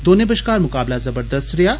दोनें बश्कार मकाबला जबरदस्त रेहा